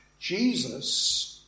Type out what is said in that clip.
Jesus